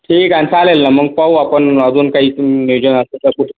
ठीक आहे चालेल ना मग पाहू आपण अजून काही नियोजन असेल तर कुठं